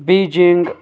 Beijing